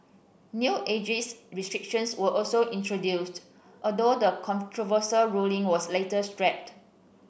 new ageist restrictions were also introduced although the controversial ruling was later scrapped